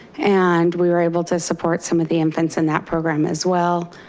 and we were able to support some of the infants in that program as well.